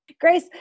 Grace